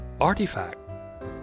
artifact